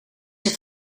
het